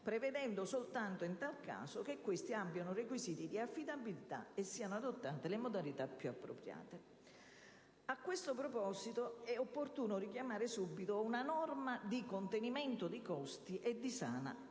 prevedendo, soltanto in tal caso, che questi abbiano requisiti di affidabilità e che siano adottate le modalità più appropriate. A questo proposito, è opportuno richiamare da subito una norma di contenimento di costi e di sana